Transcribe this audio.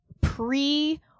pre-